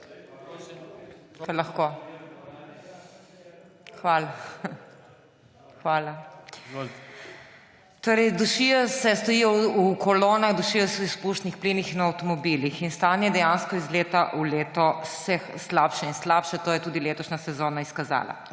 lahko? Hvala. Torej stojijo v kolonah, dušijo se v izpušnih plinih in avtomobilih. In stanje se dejansko iz leta v leto slabša in slabša, to je tudi letošnja sezona izkazala.